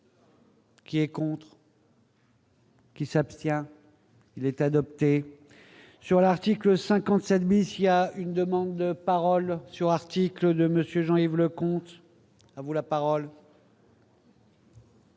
Qui est contre. Qui s'abstient, il est adopté sur l'article 57 bis, il y a une demande de parole sur article de Monsieur Jean-Yves Leconte à vous la parole.